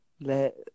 let